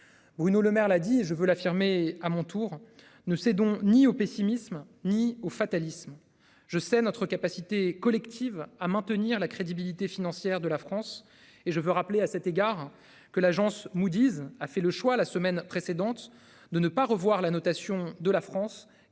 Bruno Lemaire l'a dit, je veux l'affirmer à mon tour ne cédons ni au pessimisme, ni au fatalisme. Je, c'est notre capacité collective à maintenir la crédibilité financière de la France et je veux rappeler à cet égard que l'agence Moody's a fait le choix, la semaine précédente. De ne pas revoir la notation de la France qu'elle